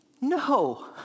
No